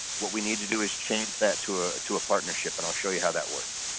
what we need to do is change that to ah to a partnership and i'll show you how that works.